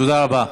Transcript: תודה רבה.